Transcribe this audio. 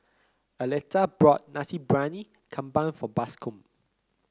Arletta bought Nasi Briyani Kambing for Bascom